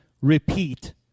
repeat